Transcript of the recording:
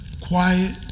quiet